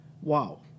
Wow